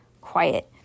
quiet